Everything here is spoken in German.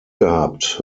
gehabt